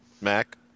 Mac